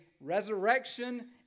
resurrection